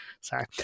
Sorry